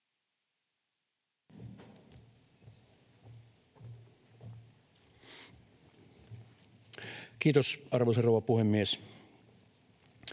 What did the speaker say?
Kiitos, arvoisa rouva puhemies!